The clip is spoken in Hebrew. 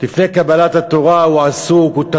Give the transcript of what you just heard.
לפני קבלת התורה, הוא עסוק, הוא טרוד,